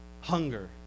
hunger